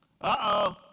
Uh-oh